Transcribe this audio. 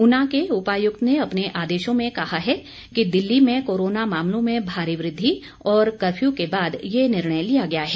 ऊना के उपायुक्त ने अपने आदेशों में कहा है कि दिल्ली में कोरोना मामलों में भारी वृद्धि और कर्फ्यू के बाद ये निर्णय लिया गया है